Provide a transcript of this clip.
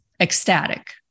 ecstatic